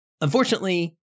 Unfortunately